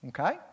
Okay